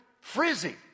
Frizzy